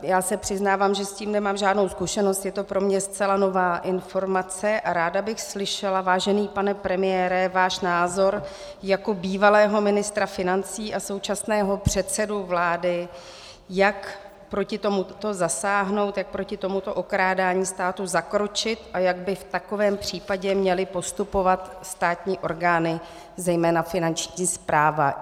Já se přiznávám, že s tím nemám žádnou zkušenost, je to pro mě zcela nová informace a ráda bych slyšela, vážený pane premiére, váš názor jako bývalého ministra financí a současného předsedy vlády, jak proti tomuto zasáhnout, jak proti tomuto okrádání státu zakročit a jak by v takovém případě měly postupovat státní orgány, zejména Finanční správa.